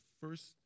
first